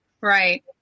Right